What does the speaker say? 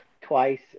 twice